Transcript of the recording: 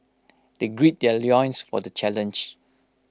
they grey their loins for the challenge